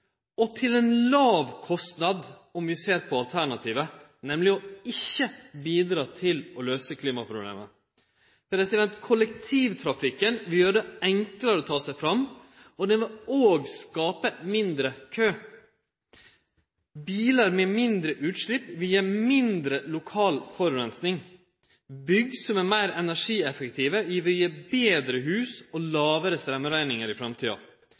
– til ein låg kostnad, om vi ser på alternativet, nemleg ikkje å bidra til å løyse klimaproblema. Kollektivtrafikken vil gjere det enklare å ta seg fram. Han vil òg skape mindre kø. Bilar med mindre utslepp vil gje mindre lokal forureining. Bygg som er meir energieffektive, vil gje betre hus og lågare straumrekningar i framtida.